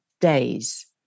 days